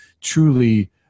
truly